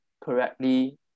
correctly